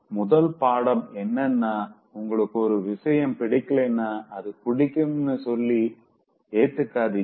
முதல் பாடம் என்னன்னா உங்களுக்கு ஒரு விஷயம் பிடிக்கலைன்னா அத புடிக்கும்னு சொல்லி ஏத்துக்காதீங்க